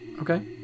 Okay